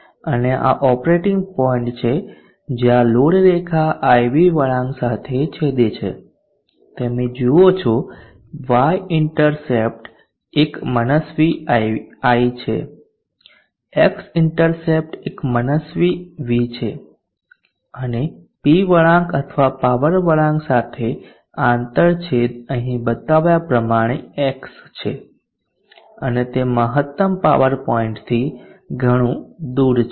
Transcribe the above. અને આ operating point છે જ્યાં લોડ રેખા IV વળાંક સાથે છેદે છે તમે જુઓ છો y ઇન્ટરસેપ્ટ એક મનસ્વી I છે x ઇન્ટરસેપ્ટ એક મનસ્વી V છે અને P વળાંક અથવા પાવર વળાંક સાથે આંતરછેદ અહીં બતાવ્યા પ્રમાણે X છે અને તે મહત્તમ પાવર પોઇન્ટથી ઘણું દૂર છે